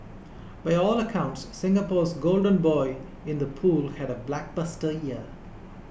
by all accounts Singapore's golden boy in the pool had a blockbuster year